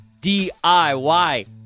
DIY